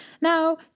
Now